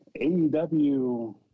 AEW